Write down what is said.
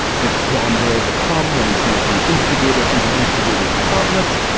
his qualms are overcome when he sees the instigator and the instigators accomplice.